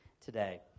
today